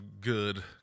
good